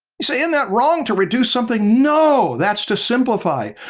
you say, ain't that wrong to reduce something? no, that's to simplify.